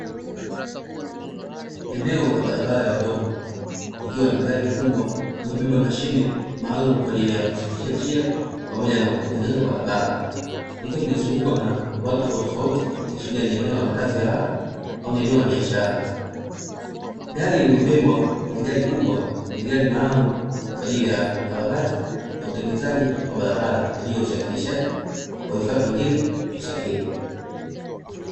Eneo la barabara ya udongo, ikiwa na gari kubwa iliyobeba mashine maalumu kwa ajili ya kusafisha njia pamoja na kutengeneza barabara, ikiwa imezungukwa na watu tofautitofauti, ikiashiria ni eneo la makazi ya watu au ni eneo la biashara. Gari lililobebwa kwenye gari kubwa ni gari maalumu kwa ajili ya ukarabati na utengenezaji wa barabara, kwa ajili ya usafirishaji wa vifaa vingine vya usafiri.